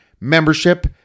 membership